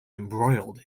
embroiled